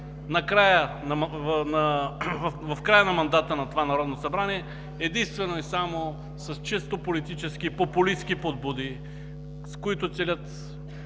в края на мандата на това Народно събрание, единствено и само с чисто политически популистки подбуди, с които се